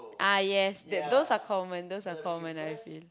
ah yes that those are common those are common I feel